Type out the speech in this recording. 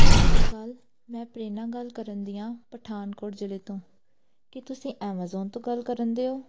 ਸਤਿ ਸ਼੍ਰੀ ਅਕਾਲ ਮੈਂ ਪ੍ਰੇਰਨਾ ਗੱਲ ਕਰਨਦੀ ਹਾਂ ਪਠਾਨਕੋਟ ਜਿਲ੍ਹੇ ਤੋਂ ਕੀ ਤੁਸੀਂ ਐਮਾਜ਼ੋਨ ਤੋਂ ਗੱਲ ਕਰਨਦੇ ਹੋ